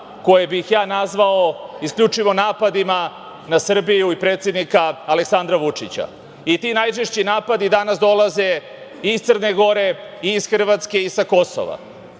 koje bih ja nazvao isključivo napadima na Srbiju i predsednika Aleksandra Vučića. Ti najžešći napadi danas dolaze iz Crne Gore, iz Hrvatske i sa Kosova. Svedoci